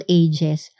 ages